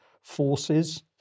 forces